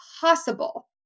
possible